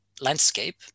landscape